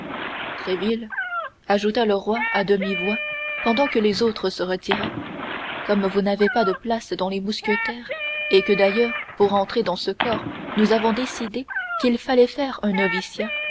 utiles tréville ajouta le roi à demi-voix pendant que les autres se retiraient comme vous n'avez pas de place dans les mousquetaires et que d'ailleurs pour entrer dans ce corps nous avons décidé qu'il fallait faire un